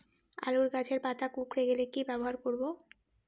আলুর গাছের পাতা কুকরে গেলে কি ব্যবহার করব?